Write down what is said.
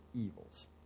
evils